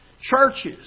churches